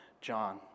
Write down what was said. John